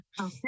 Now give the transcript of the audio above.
Okay